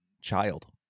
child